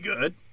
good